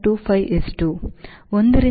25 ಎಷ್ಟು 1 ರಿಂದ 0